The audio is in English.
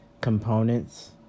components